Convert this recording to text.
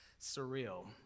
surreal